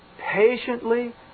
patiently